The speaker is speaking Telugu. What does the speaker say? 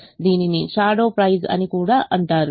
దీనిని షాడో ప్రైస్ అని కూడా అంటారు